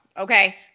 okay